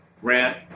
Grant